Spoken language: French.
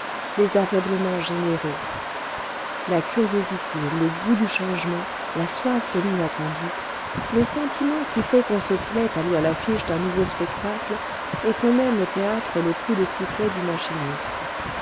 les aveuglements généreux la curiosité le goût du changement la soif de l'inattendu le sentiment qui fait qu'on se plaît à lire l'affiche d'un nouveau spectacle et qu'on aime au théâtre le coup de sifflet du machiniste